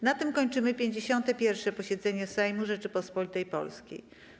Na tym kończymy 51. posiedzenie Sejmu Rzeczypospolitej Polskiej.